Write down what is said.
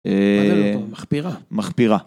מחפירה.